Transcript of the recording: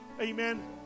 amen